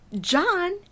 John